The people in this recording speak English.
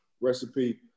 recipe